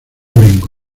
vengo